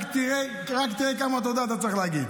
רק תראה כמה תודה אתה צריך להגיד.